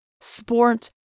sport